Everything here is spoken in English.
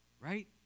Right